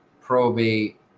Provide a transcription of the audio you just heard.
probate